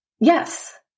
Yes